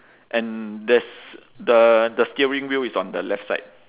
and there's the the steering wheel is on the left side